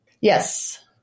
Yes